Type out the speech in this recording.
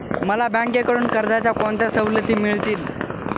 मला बँकेकडून कर्जाच्या कोणत्या सवलती मिळतील?